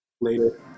later